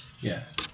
Yes